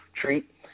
treat